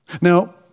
Now